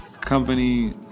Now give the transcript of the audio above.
company